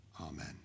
Amen